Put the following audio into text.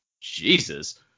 jesus